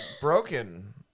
broken